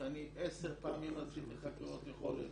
שאני 10 פעמים עשיתי חקירות יכולת